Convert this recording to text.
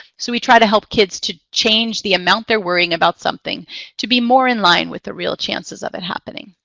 so we try to help kids to change the amount they're worrying about something to be more in line with the real chances of it happening.